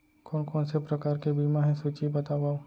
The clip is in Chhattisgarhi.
कोन कोन से प्रकार के बीमा हे सूची बतावव?